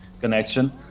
connection